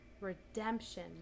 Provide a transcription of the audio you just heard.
redemption